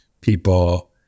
people